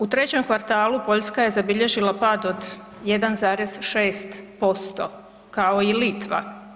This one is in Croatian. U trećem kvartalu Poljska je zabilježila pad od 1,6% kao i Litva.